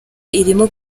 irimo